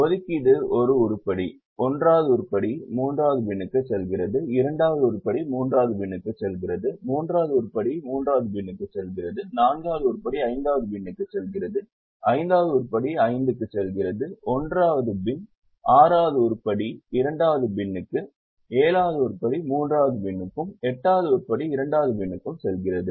ஒதுக்கீடு இந்த உருப்படி 1 வது உருப்படி 3 வது பின்னுக்கு செல்கிறது 2 வது உருப்படி மூன்றாவது பின்னுக்கு செல்கிறது 3 வது உருப்படி 3 வது பின்னுக்கு செல்கிறது 4 வது உருப்படி 5 வது பின்னுக்கு செல்கிறது 5 வது உருப்படி 5 க்கு செல்கிறது 1 வது பின் 6 வது உருப்படி 2 வது பின்னுக்கு 7 வது உருப்படி 3 வது பின்னுக்கும் 8 வது உருப்படி 2 வது பின்னுக்கும் செல்கிறது